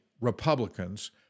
Republicans